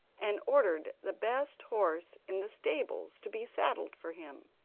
and ordered the best horse in the stables to be saddled for him.